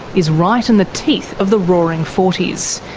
is right in the teeth of the roaring forties.